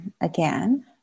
again